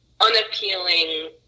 unappealing